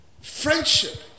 friendship